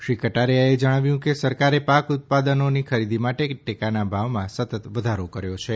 શ્રી કટારીયાએ જણાવ્યું કે સરકારે પાક ઉત્પાદનોની ખરીદી માટે ટેકાનાં ભાવમાં સતત વધારો કર્યો છે